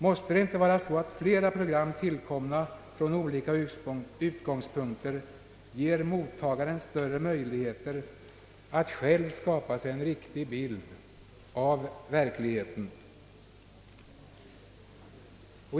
Måste det inte vara så att flera program, tillkomna från olika utgångspunkter, ger mottagaren större möjligheter att själv skapa sig en riktig bild av verkligheten?